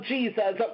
Jesus